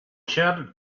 shouted